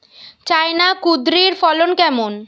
China কুঁদরীর ফলন কেমন?